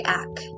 act